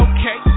Okay